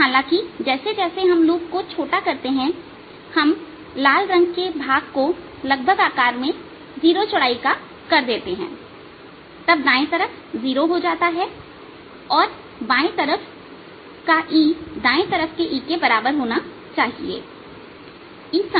हालांकि जैसे जैसे हम लूप को छोटा करते हैं हम लाल रंग के भाग को लगभग आकार में जीरो चौड़ाई का कर देते हैं तब दाएं तरफ 0 हो जाता है और तब बाई तरफ का E दाएं तरफ के E के बराबर होना चाहिए E